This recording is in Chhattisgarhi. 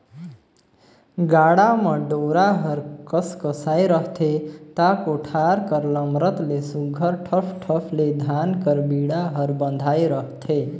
गाड़ा म डोरा हर कसकसाए रहथे ता कोठार कर लमरत ले सुग्घर ठस ठस ले धान कर बीड़ा हर बंधाए रहथे